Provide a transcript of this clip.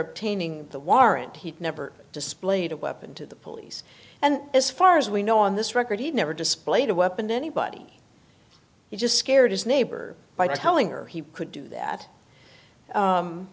painting the warrant he never displayed a weapon to the police and as far as we know on this record he never displayed a weapon to anybody he just scared his neighbor by telling her he could do that